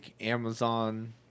Amazon